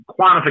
quantification